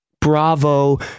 bravo